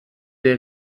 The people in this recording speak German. der